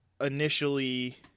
initially